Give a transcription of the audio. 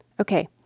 Okay